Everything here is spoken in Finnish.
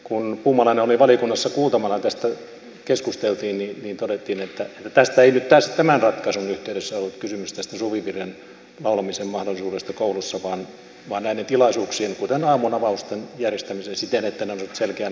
kun puumalainen oli valiokunnassa kuultavana ja tästä keskusteltiin niin todettiin että tästä ei nyt tämän ratkaisun yhteydessä ollut kysymys tästä suvivirren laulamisen mahdollisuudesta koulussa vaan näiden tilaisuuksien kuten aamunavausten järjestämisestä siten että ne olisivat selkeän uskonnollisia